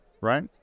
right